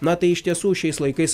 na tai iš tiesų šiais laikais